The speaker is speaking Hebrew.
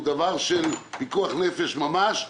הוא דבר של פיקוח נפש ממש.